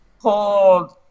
hold